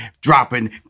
dropping